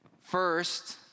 First